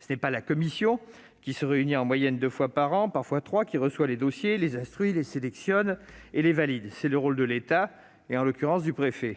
ce n'est pas la commission, qui se réunit en moyenne deux fois par an, parfois trois, qui reçoit les dossiers, les instruit, les sélectionne et les valide. C'est le rôle de l'État, en l'occurrence du préfet.